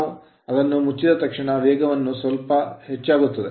ನಾವು ಅದನ್ನು ಮುಚ್ಚಿದ ತಕ್ಷಣ ವೇಗವನ್ನು ಸ್ವಲ್ಪ ಹೆಚ್ಚಾಗುತ್ತದೆ